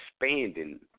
expanding